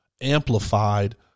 amplified